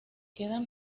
quedan